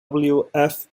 childs